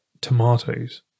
tomatoes